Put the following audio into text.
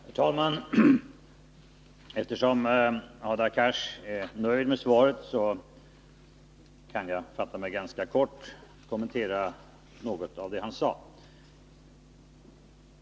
Herr talman! Eftersom Hadar Cars är nöjd med svaret, kan jag fatta mig ganska kort när jag kommenterar något av det han sade.